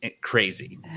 crazy